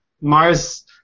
Mars